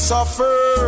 Suffer